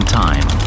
time